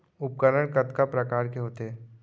उपकरण कतका प्रकार के होथे?